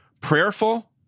prayerful